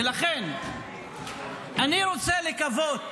ולכן אני רוצה לקוות